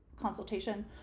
consultation